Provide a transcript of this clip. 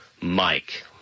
Mike